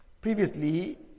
Previously